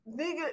nigga